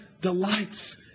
delights